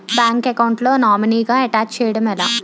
Bank account లో నామినీగా attach చేయడం ఎలా?